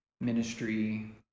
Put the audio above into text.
ministry